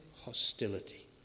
hostility